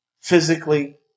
Physically